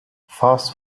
fast